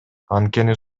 анткени